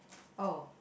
oh